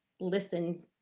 listen